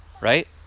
Right